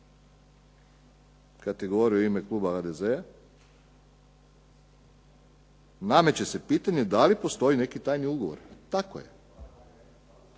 govorio u ime kluba HDZ-a. Nameće se pitanje da li postoje neki tajni ugovori jer